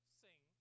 sing